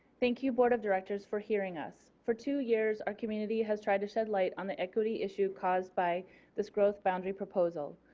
thank you board of directors for hearing us. for two years our community has been trying to shed light on the equity issue caused by this growth boundary proposal.